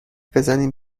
بزنین